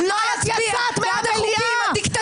את יצאת מהמליאה.